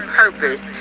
purpose